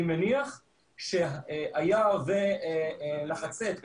הנושא עדיין בחיתולים,